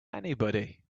anybody